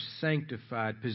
sanctified